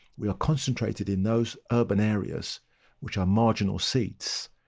we are concentrated in those urban areas which are marginal seats.